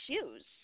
shoes